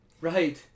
right